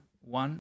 one